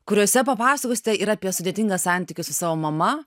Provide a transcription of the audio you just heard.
kuriose papasakosite ir apie sudėtingą santykį su savo mama